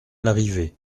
larrivé